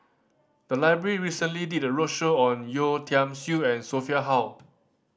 the library recently did a roadshow on Yeo Tiam Siew and Sophia Hull